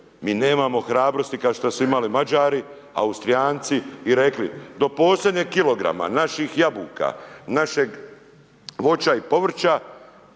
Mi nemamo hrabrosti, kao što su imali Mađari, Austrijanci i rekli, do posljednjih kilograma, naših jabuka, našeg voća i povrća